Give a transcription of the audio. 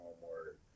homework